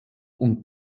und